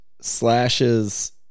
slashes